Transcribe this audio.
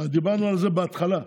דיברנו על זה בהתחלה.